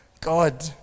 God